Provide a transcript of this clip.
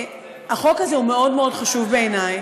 החוק הזה הוא מאוד מאוד חשוב בעיני,